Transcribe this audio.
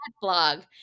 blog